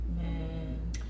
Man